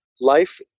life